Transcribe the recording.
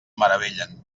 meravellen